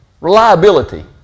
Reliability